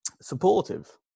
supportive